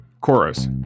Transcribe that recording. Chorus